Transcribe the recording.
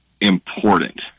important